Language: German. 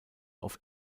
auf